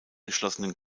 geschlossenen